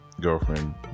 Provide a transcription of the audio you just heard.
girlfriend